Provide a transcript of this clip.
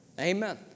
Amen